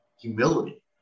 humility